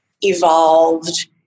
evolved